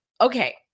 Okay